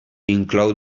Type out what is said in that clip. inclou